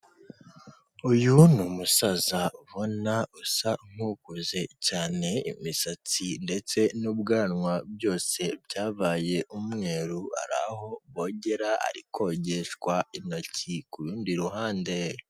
Uyu ni umusaza ubona usa nk'ukuze cyane, imisatsi ndetse n'ubwanwa byose byabaye umweru, ari aho bogera ari kogeshwa intoki ku rundi ruhande.